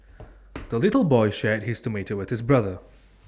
the little boy shared his tomato with his brother